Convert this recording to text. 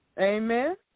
Amen